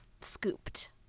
scooped